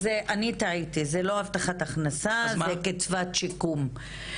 אני טעיתי, זה לא הבטחת הכנסה, זה קצבת שיקום.